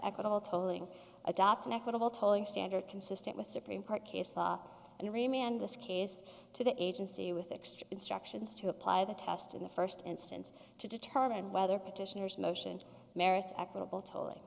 equitable tolling adopt an equitable tolling standard consistent with supreme court case law and remain on this case to the agency with extra instructions to apply the test in the first instance to determine whether petitioners motion merits equitable to